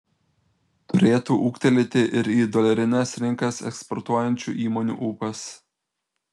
turėtų ūgtelėti ir į dolerines rinkas eksportuojančių įmonių ūpas